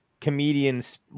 Comedians